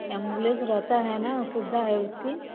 ambulance रहता है ना सुबिधा है उसकी